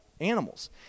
Animals